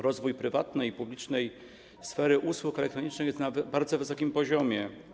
Rozwój prywatnej i publicznej sfery usług elektronicznych jest na bardzo wysokim poziomie.